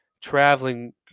traveling